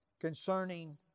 concerning